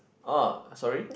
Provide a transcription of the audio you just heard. oh sorry